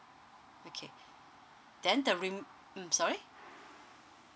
okay then the rim um sorry